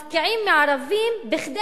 אומרים שמפקיעים מהערבים בשביל